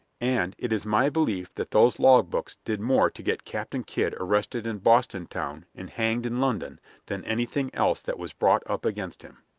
and it is my belief that those log books did more to get captain kidd arrested in boston town and hanged in london than anything else that was brought up against him.